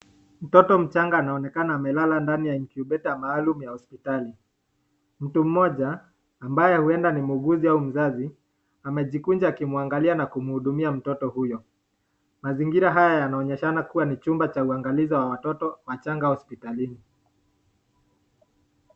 Mtoto mchanga anaonekana amelala ndani ya incubator maalum ya hospitali. Mtu mmoja ambayo huenda ni muuguzi au mzazi ameji kunja na kumuangalia huyo mtoto huyu. Mazingira haya yanaonekana kua ni chumba cha uangalizi ya watoto wachanga hospitali.